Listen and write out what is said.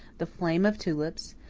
the flame of tulips,